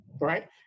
Right